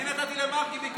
אני נתתי למרגי מכל הלב.